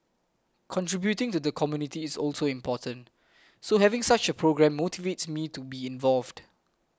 contributing to the community is also important so having such a programme motivates me to be involved